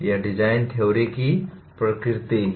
यह design theory की प्रकृति है